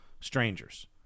strangers